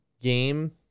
game